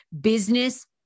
business